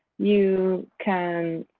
you can